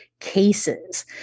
Cases